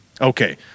Okay